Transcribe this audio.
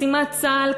משימת צה"ל,